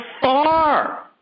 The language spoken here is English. far